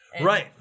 Right